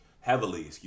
heavily